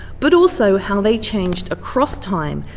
but also how they changed across time,